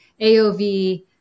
AOV